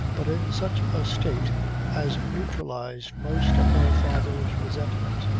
but in such a state as neutralized most of her father's resentment.